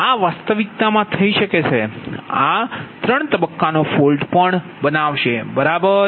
આ વાસ્તવિકતા માં થઈ શકે છે કે આ ત્રણ તબક્કાના ફોલ્ટ પણ બનાવશે બરાબર